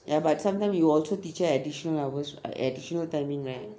ya but sometime you also teach her additional hours additional timing right